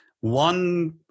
one